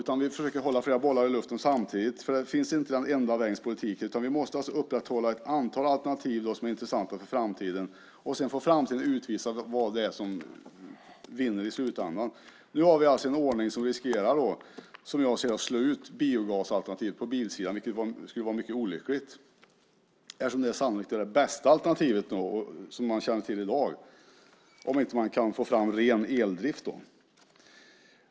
Vi måste försöka hålla flera bollar i luften samtidigt, för det finns inte någon enda vägens politik, utan vi måste upprätthålla ett antal alternativ som är intressanta för framtiden. Sedan får framtiden utvisa vad som vinner i slutändan. Nu har vi en ordning som, som jag ser det, riskerar att slå ut biogasalternativet på bilsidan, vilket skulle vara mycket olyckligt eftersom det sannolikt är det bästa alternativet, i alla fall av dem man känner till i dag - om man inte kan få fram ren eldrift.